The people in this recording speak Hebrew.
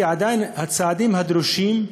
כי הצעדים הדרושים,